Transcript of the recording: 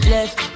Left